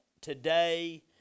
today